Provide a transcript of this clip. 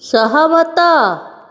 ସହମତ